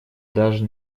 даже